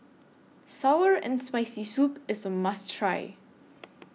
Sour and Spicy Soup IS A must Try